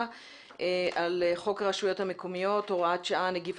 על חוק הרשויות המקומיות (הוראת שעה נגיף